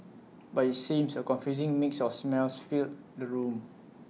but IT seems A confusing mix of smells filled the room